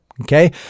Okay